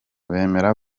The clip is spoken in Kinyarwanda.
bemera